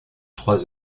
trois